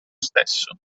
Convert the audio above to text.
stesso